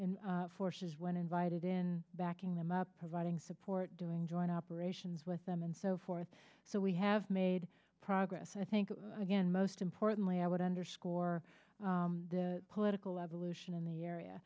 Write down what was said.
s forces when invited in backing them up providing support doing joint operations with them and so forth so we have made progress i think again most importantly i would underscore the political evolution in the area